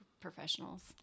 professionals